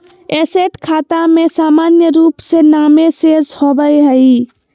asset खाता में सामान्य रूप से नामे शेष होबय हइ